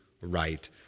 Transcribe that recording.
right